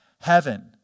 heaven